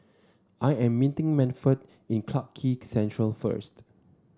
I am meeting Manford in Clarke Quay Central first